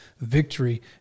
victory